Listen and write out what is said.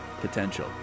potential